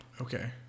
Okay